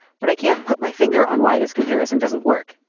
but i can't put my finger on why this comparison doesn't work.